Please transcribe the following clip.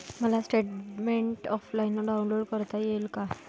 मला bank statement offline download करता येईल का?